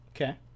Okay